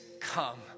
come